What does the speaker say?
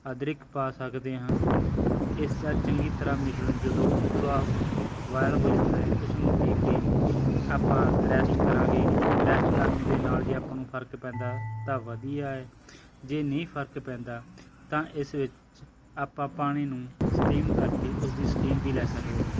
ਅਦਰਕ ਪਾ ਸਕਦੇ ਹਾਂ ਇਸ ਦਾ ਚੰਗੀ ਤਰ੍ਹਾਂ ਮਿਸ਼ਰਣ ਜਦੋਂ ਪੂਰਾ ਬੋਆਏਲ ਹੋ ਜਾਂਦਾ ਏ ਉਸ ਨੂੰ ਪੀ ਕੇ ਆਪਾਂ ਰੈਸਟ ਕਰਾਂਗੇ ਰੈਸਟ ਕਰਨ ਦੇ ਨਾਲ ਜੇ ਆਪਾਂ ਨੂੰ ਫਰਕ ਪੈਂਦਾ ਤਾਂ ਵਧੀਆ ਏ ਜੇ ਨਹੀਂ ਫਰਕ ਪੈਂਦਾ ਤਾਂ ਇਸ ਵਿੱਚ ਆਪਾਂ ਪਾਣੀ ਨੂੰ ਸਟੀਮ ਕਰਕੇ ਉਸਦੀ ਸਟੀਮ ਵੀ ਲੈ ਸਕਦੇ ਹਾਂ